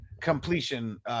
completion